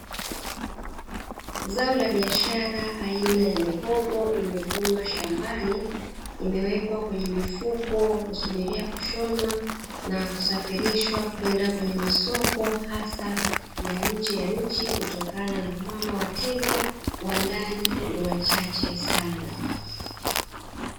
Zao la biashara aina ya mihogo imevunwa shambani, imewekwa kwenye mifuko inasubiria kushonwa, na kusafirishwa kwenda kwenye masoko hasa ya nje ya nchi, kutokana na kwamba wateja wa ndani ni wachache sana.